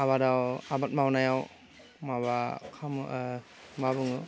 आबादाव आबाद मावनायाव माबा खालामो मा बुङो